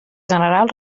general